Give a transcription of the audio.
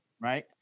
Right